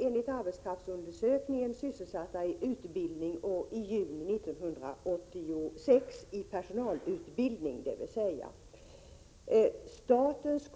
Enligt arbetskraftsundersökningen var så många som 1 miljon vuxna sysselsatta i personalutbildning i juni 1986. Statens